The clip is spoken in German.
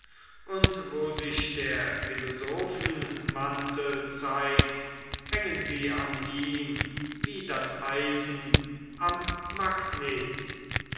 und wo sich der philosophenmantel zeigt hängen sie an ihm wie das eisen am magnet